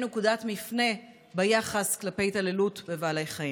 נקודת מפנה ביחס כלפי התעללות בבעלי חיים.